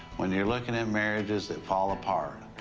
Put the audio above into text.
when you're looking at marriages that fall apart,